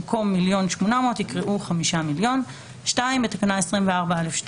במקום "1,800,000" יקראו "5,000,000"." ; (2) בתקנה 24(א)(2),